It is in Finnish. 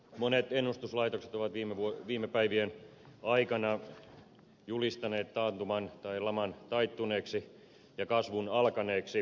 monet ennustuslaitokset ovat viime päivien aikana julistaneet taantuman tai laman taittuneeksi ja kasvun alkaneeksi